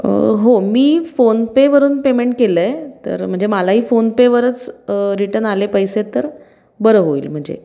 हो मी फोनपेवरून पेमेंट केलं आहे तर म्हणजे मलाही फोनपेवरच रिटर्न आले पैसे तर बरं होईल म्हणजे